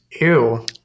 Ew